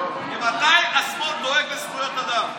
ממתי השמאל דואג לזכויות אדם?